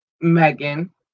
Megan